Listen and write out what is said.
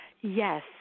Yes